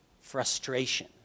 frustration